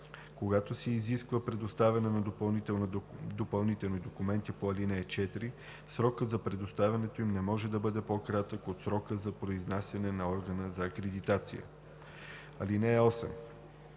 Когато се изисква предоставяне на допълнителни документи по ал. 4, срокът за предоставянето им не може да бъде по-кратък от срока за произнасяне на органа за акредитация. (8)